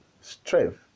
strength